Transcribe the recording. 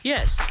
Yes